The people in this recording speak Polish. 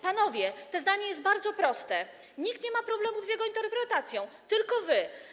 Panowie, to zdanie jest bardzo proste, nikt nie ma problemów z jego interpretacją, tylko wy.